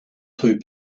two